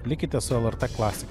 likite su lrt klasika